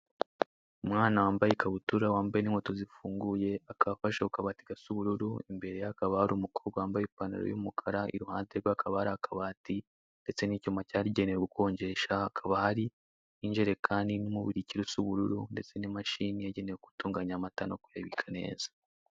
Umwana wambaye ikabutura wambaye n'inkweto zifunguye akafashe ku kabati gasa ubururu imbere ye hakaba hari umukobwa wambaye ipantaro y'umukara, iruhande rwe hakaba hari akabati ndetse n'icyuma cyagenewe gukonjesha, hakaba hari injerekani n'umubirikira usa ubururu ndetse n'imashini yagenewe gutunganya amata no kuyabika neza.